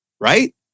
right